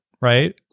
right